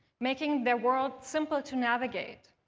making their world simple to navigate,